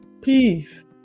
peace